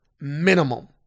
Minimum